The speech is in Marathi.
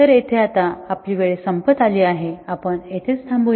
तर येथे आता आपली वेळ संपत आली आहे आपण इथेच थांबूया